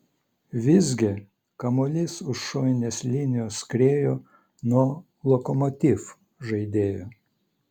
visgi kamuolys už šoninės linijos skriejo nuo lokomotiv žaidėjo